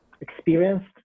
experienced